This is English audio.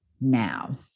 now